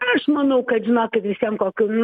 aš manau kad žinokit vis vien kokių